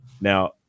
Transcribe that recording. Now